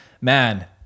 man